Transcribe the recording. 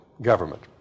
government